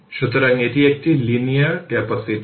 সুতরাং এটি একটি লিনিয়ার ক্যাপাসিটর